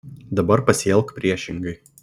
dabar pasielk priešingai